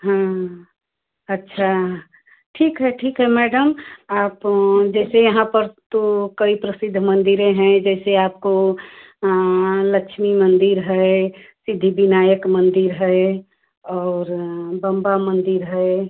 हाँ अच्छा ठीक ठीक है मैडम आप जैसे यहाँ पर तो कई प्रसिद्ध मंदिरें हैं जैसे आपको लक्ष्मी मंदिर है सिद्धि विनायक मंदिर है और बंबा मंदिर है